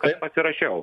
kai pasirašiau